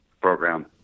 program